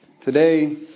Today